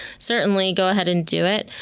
certainly go ahead and do it.